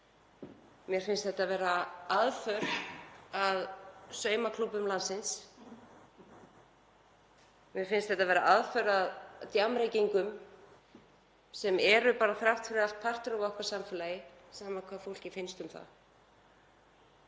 Mér finnst þetta vera aðför að saumaklúbbum landsins. Mér finnst þetta vera aðför að djammreykingum, sem eru þrátt fyrir allt partur af okkar samfélagi sama hvað fólki finnst um það